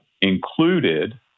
included